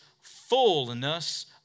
fullness